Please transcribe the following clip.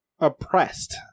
oppressed